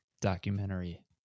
documentary